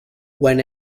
when